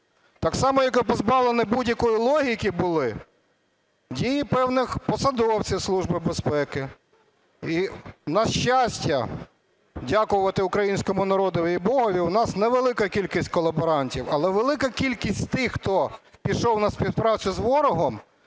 так само, як і позбавлені будь-якої логіки були дії певних посадовців Служби безпеки. І, на щастя, дякувати українському народові і Богові, у нас не велика кількість колаборантів, але велика кількість тих хто пішов на співпрацю з ворогом,